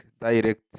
direct